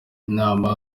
imana